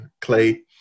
clay